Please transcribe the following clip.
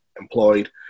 employed